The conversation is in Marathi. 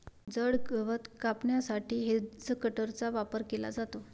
जड गवत कापण्यासाठी हेजकटरचा वापर केला जातो